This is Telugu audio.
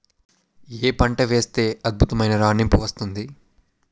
ఏ పంట వేస్తే అద్భుతమైన రాణింపు వస్తుంది?